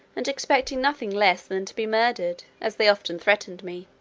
and expecting nothing less than to be murdered, as they often threatened me.